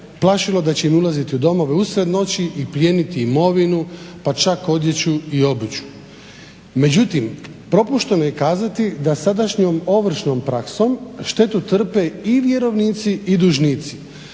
plašilo da će im ulaziti usred noći i plijeniti imovinu pa čak odjeću i obuću. Međutim, propušteno je kazati da sadašnjom ovršnom praksom štetu trpe i vjerovnici i dužnici.